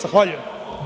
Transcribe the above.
Zahvaljujem.